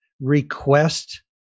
Request